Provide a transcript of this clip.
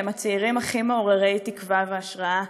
שהם הצעירים הכי מעוררי תקווה והשראה